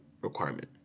requirement